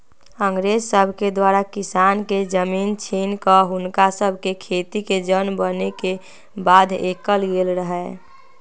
अंग्रेज सभके द्वारा किसान के जमीन छीन कऽ हुनका सभके खेतिके जन बने के बाध्य कएल गेल रहै